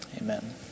Amen